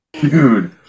dude